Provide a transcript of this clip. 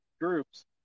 groups